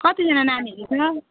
कतिजना नानीहरू छ